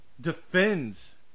defends